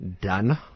done